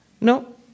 No